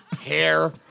Hair